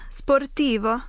sportivo